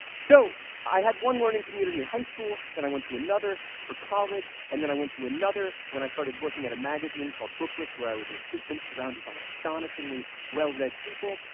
so, i had one learning community in high school, then i went to another for college, and then i went to another, when i started working at a magazine called booklist, where i was an assistant surrounded by astonishingly well-read people,